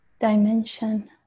dimension